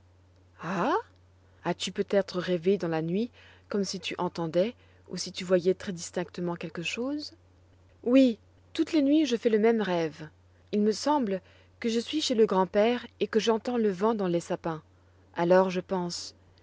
as-tu peut-être rêvé dans la nuit comme si tu entendais ou si tu voyais très distinctement quelque chose oui toutes les nuits je fais le même rêve il me semble que je suis chez le grand-père et que j'entends le vent dans les sapins alors je pense